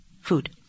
food